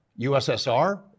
USSR